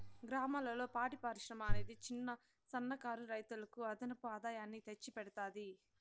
గ్రామాలలో పాడి పరిశ్రమ అనేది చిన్న, సన్న కారు రైతులకు అదనపు ఆదాయాన్ని తెచ్చి పెడతాది